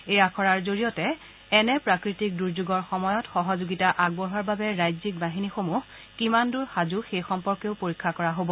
এই আখৰাৰ জৰিয়তে এনে প্ৰাকৃতিক দুৰ্যোগৰ সময়ত সহযোগিতা আগবঢ়োৱাৰ বাবে ৰাজ্যিক বাহিনীসমূহ কিমানদূৰ সাজ সেই সম্পৰ্কেও পৰীক্ষা কৰা হ'ব